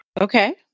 Okay